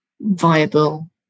viable